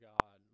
God